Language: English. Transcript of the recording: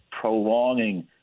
prolonging